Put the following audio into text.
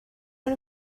out